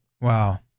Wow